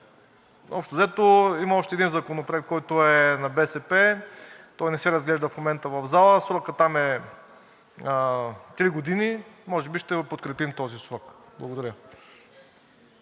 Общо взето, има още един законопроект, който е на БСП, той не се разглежда в момента в залата, срокът там е три години, може би ще го подкрепим този срок. Благодаря.